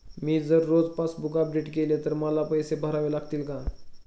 मी जर रोज passbook update केले तर मला पैसे भरावे लागतील का?